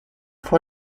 vor